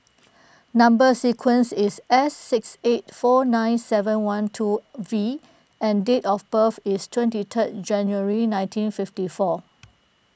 Number Sequence is S six eight four nine seven one two V and date of birth is twenty third January nineteen fifty four